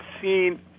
seen